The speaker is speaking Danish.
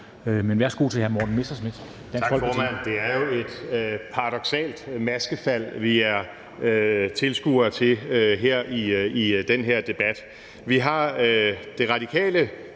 Værsgo til hr. Morten Messerschmidt,